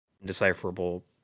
indecipherable